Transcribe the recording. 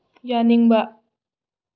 ꯌꯥꯅꯤꯡꯕ